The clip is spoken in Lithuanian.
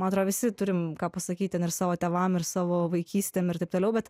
man atrodo visi turim ką pasakyt ten ir savo tėvam ir savo vaikystėm ir taip toliau bet